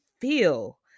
feel